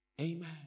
Amen